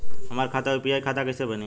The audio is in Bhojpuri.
हमार खाता यू.पी.आई खाता कइसे बनी?